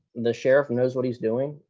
the sheriff knows what he's doing.